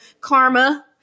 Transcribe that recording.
karma